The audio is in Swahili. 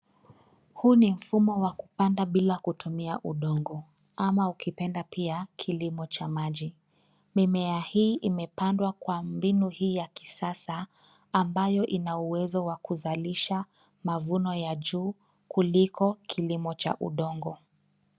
Huu ni mfumo wa kupanda bila kutumia udongo, ama ukipenda pia kilimo cha maji. Mimea hii imepandwa kwa mbinu hii ya kisasa, ambayo ina uwezo wa kuzalisha mavuno ya juu kuliko kilimo cha udongo.